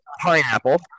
pineapple